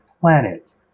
planet